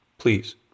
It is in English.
Please